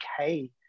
okay